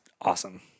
awesome